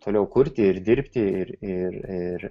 toliau kurti ir dirbti ir ir